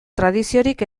tradiziorik